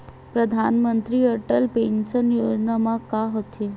परधानमंतरी अटल पेंशन योजना मा का होथे?